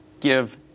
give